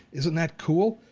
isn't that cool?